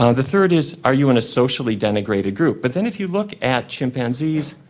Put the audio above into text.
ah the third is are you in a socially denigrated group? but then if you look at chimpanzees,